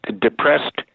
depressed